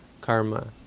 karma